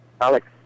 Alex